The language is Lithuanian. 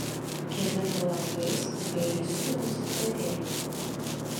kieme po langais gailiai sumiauksi katė